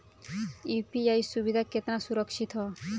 UPI सुविधा केतना सुरक्षित ह?